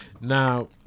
now